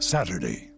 Saturday